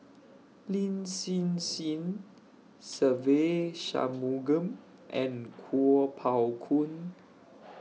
Lin Hsin Hsin Se Ve Shanmugam and Kuo Pao Kun